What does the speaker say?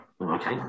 okay